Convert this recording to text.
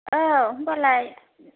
औ होनब्लाय